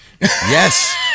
Yes